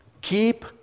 keep